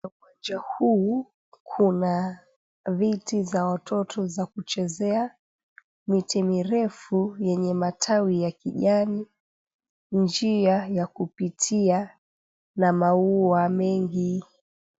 Kwenye uwanja huu kuna viti za watoto za kuchezea, miti mirefu yenye matawi ya kijani, njia ya kupitia na maua mengi.